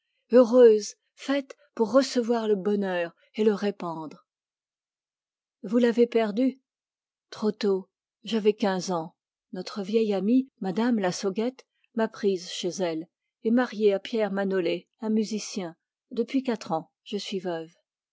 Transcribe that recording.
heureuse oui faite pour recevoir le bonheur et le répandre vous l'avez perdu trop tôt j'avais quinze ans notre amie mme lassauguette m'a prise chez elle et mariée à pierre manolé un musicien depuis quatre ans je suis veuve